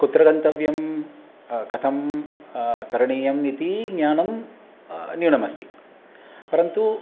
कुत्र गन्तव्यं कथं करणीयम् इति ज्ञानं न्यूनमस्ति परन्तु